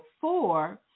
four